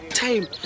time